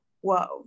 whoa